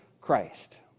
christ